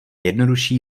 jednodušší